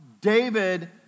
David